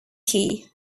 key